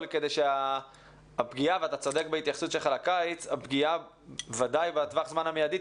כדי שהפגיעה ואתה צודק בהתייחסות שלך לקיץ ודאי בטווח הזמן המיידי,